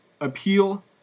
appeal